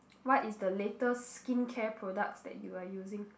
what is the latest skincare products that you are using